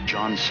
John